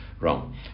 wrong